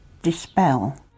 Dispel